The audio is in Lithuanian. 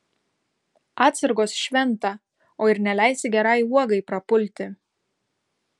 atsargos šventa o ir neleisi gerai uogai prapulti